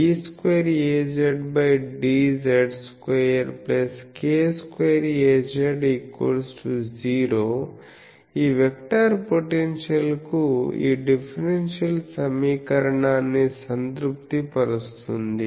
d2Azdz2k2Az0 ఈ vector పొటెన్షియల్కు ఈ డిఫరెన్షియల్ సమీకరణాన్ని సంతృప్తిపరుస్తుంది